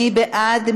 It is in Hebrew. מי בעד?